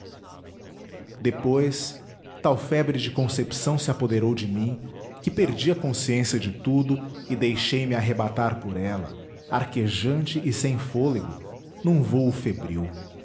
depois tal febre de concepção se apoderou de mim que perdi a consciência de tudo e deixei-me arrebatar por ela arquejante e sem fôlego num vôo febril